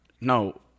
No